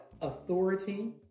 authority